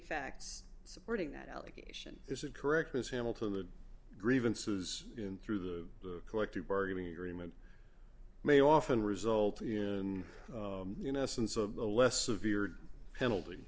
facts supporting that allegation is that correct ms hamilton the grievances in through the collective bargaining agreement may often result in you know essence of the less severe penalty